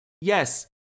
Yes